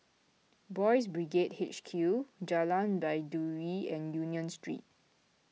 Boys' Brigade H Q Jalan Baiduri and Union Street